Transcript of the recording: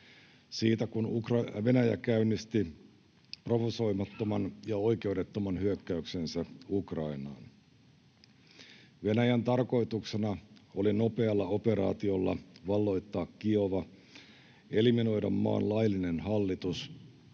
siitä, kun Venäjä käynnisti provosoimattoman ja oikeudettoman hyökkäyksensä Ukrainaan. Venäjän tarkoituksena oli nopealla operaatiolla valloittaa Kiova, eliminoida maan laillinen hallitus